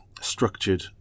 structured